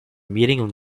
meeting